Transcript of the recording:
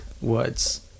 words